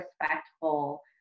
respectful